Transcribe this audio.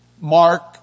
Mark